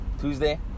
Tuesday